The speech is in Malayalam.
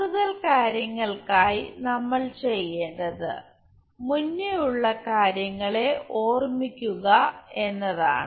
കൂടുതൽ കാര്യങ്ങൾക്കായി നമ്മൾ ചെയ്യേണ്ടത് മുന്നേ ഉള്ള കാര്യങ്ങളെ ഓർമ്മിക്കുക എന്നതാണ്